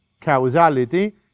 causality